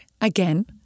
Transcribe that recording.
again